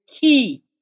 Key